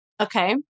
Okay